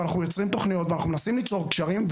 ואנחנו יוצרים תכניות ואנחנו מנסים ליצור קשרים,